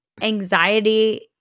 anxiety